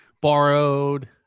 Borrowed